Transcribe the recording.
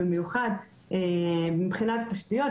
במיוחד מבחינת תשתיות,